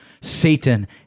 Satan